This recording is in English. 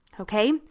Okay